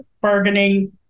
bargaining